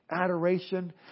adoration